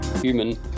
human